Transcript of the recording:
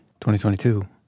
2022